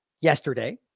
yesterday